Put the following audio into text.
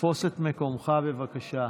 תפוס את מקומך, בבקשה.